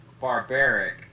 barbaric